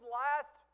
last